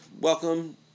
welcome